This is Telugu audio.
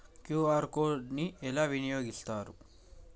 క్యూ.ఆర్ కోడ్ ని ఎలా వినియోగిస్తారు?